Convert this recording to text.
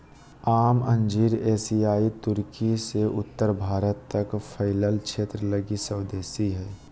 आम अंजीर एशियाई तुर्की से उत्तरी भारत तक फैलल क्षेत्र लगी स्वदेशी हइ